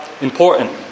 important